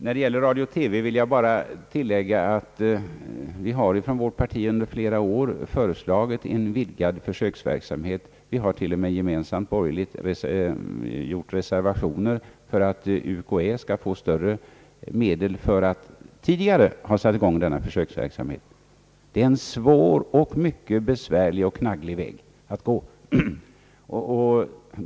När det gäller radio och TV vill jag endast tillägga, att vi från vårt parti i flera år har föreslagit en vidgad försöksverksamhet. Vi har t.o.m. gemensamt från borgerligt håll gjort reservationer för att universitetskanslersämbetet skulle få ökade medel för att tidigare sätta i gång denna försöksverksamhet. Det är en mycket besvärlig och knagglig väg att gå.